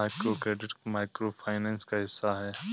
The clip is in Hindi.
माइक्रोक्रेडिट माइक्रो फाइनेंस का हिस्सा है